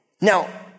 Now